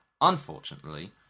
Unfortunately